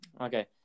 okay